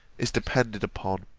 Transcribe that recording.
is depended upon.